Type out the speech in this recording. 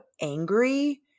angry